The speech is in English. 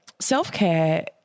self-care